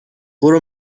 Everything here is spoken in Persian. برو